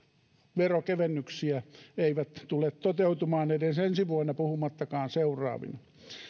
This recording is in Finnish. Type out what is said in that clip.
verokevennyksiä eivät tule toteutumaan edes ensi vuonna puhumattakaan seuraavina